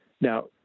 Now